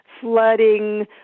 flooding